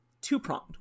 two-pronged